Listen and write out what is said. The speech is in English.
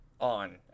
on